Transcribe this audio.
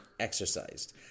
Exercised